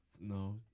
No